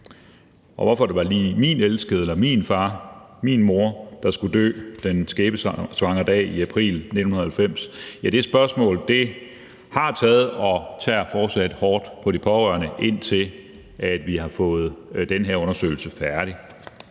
og hvorfor var det lige min elskede eller min far, der skulle dø den skæbnesvangre dag i april 1990? De spørgsmål har taget og tager fortsat hårdt på de pårørende, indtil vi har fået den her undersøgelse gjort færdig.